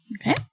Okay